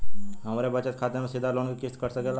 हमरे बचत खाते से सीधे लोन क किस्त कट सकेला का?